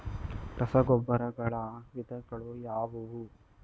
ರಸಗೊಬ್ಬರಗಳ ವಿಧಗಳು ಯಾವುವು?